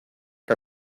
que